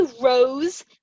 Rose